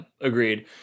agreed